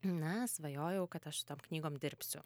na svajojau kad aš su tom knygom dirbsiu